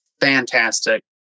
fantastic